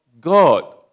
God